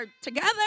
together